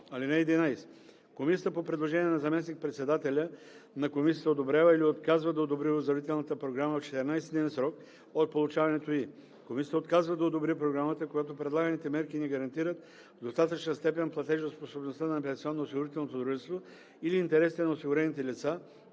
(11) Комисията по предложение на заместник председателя на комисията одобрява или отказва да одобри оздравителната програма в 14-дневен срок от получаването ѝ. Комисията отказва да одобри програмата, когато предлаганите мерки не гарантират в достатъчна степен платежоспособността на пенсионноосигурителното дружество или интересите на осигурените лица,